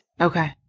Okay